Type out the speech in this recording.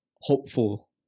hopeful